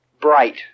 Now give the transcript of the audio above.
bright